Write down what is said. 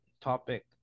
topic